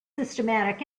systematic